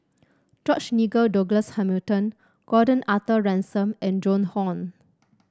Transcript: George Nigel Douglas Hamilton Gordon Arthur Ransome and Joan Hon